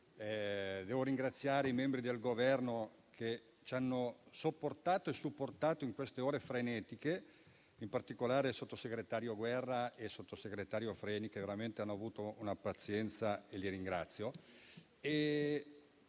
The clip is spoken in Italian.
devo ringraziare i membri del Governo che ci hanno sopportato e supportato in quelle ore frenetiche, in particolare i sottosegretari Guerra e Freni, che veramente hanno avuto pazienza, e li ringrazio